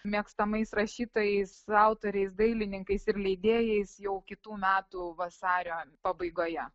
mėgstamais rašytojais autoriais dailininkais ir leidėjais jau kitų metų vasario pabaigoje